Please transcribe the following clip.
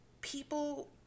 people